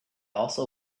also